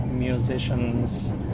musicians